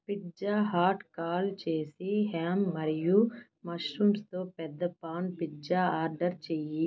pizza Hut call చేసి ham మరియు మష్రూమ్స్తో పెద్ద పాన్ పిజ్జా ఆర్డర్ చెయ్యి